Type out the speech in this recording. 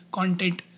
content